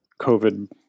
COVID